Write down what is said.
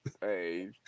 Hey